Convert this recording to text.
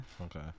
Okay